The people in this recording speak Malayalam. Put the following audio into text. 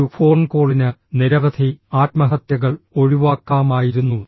ഒരു ഫോൺ കോളിന് നിരവധി ആത്മഹത്യകൾ ഒഴിവാക്കാമായിരുന്നു